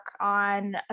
on